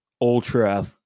Ultra